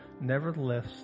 Nevertheless